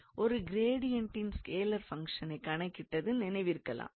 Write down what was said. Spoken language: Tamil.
ஒரு கிரேடியன்டின் ஸ்கேலார் ஃபங்க்ஷனைக் கணக்கிட்டது நினைவிருக்கலாம்